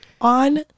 On-